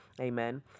Amen